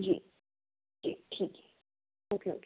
जी जी ठीक okay okay